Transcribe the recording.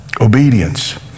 Obedience